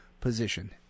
position